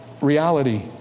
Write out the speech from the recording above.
reality